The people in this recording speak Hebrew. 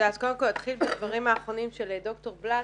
קודם כל אתחיל בדברים האחרונים של ד"ר בלס.